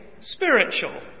spiritual